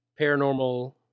Paranormal